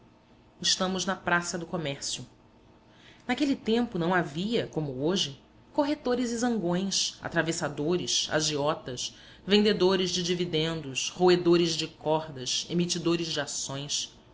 estamos na praça do comércio naquele tempo não havia como hoje corretores e zangões atravessadores agiotas vendedores de dividendos roedores de cordas emitidores de ações